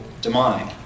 demonic